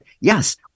yes